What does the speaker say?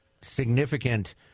significant